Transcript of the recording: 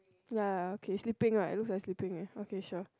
ya ya ya okay sleeping right looks like sleeping eh okay sure